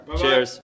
Cheers